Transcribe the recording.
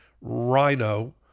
rhino